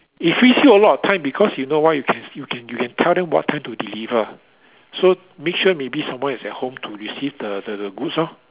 it frees you a lot of time because you know why you can you can you can tell them what time to deliver so make sure maybe someone is at home to receive the the the goods lor